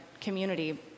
community